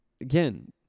Again